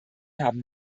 haben